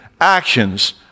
Actions